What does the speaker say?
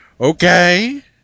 Okay